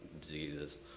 diseases